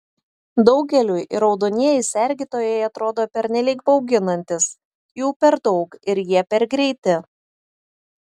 daugeliui raudonieji sergėtojai atrodo pernelyg bauginantys jų per daug ir jie per greiti